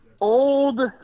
old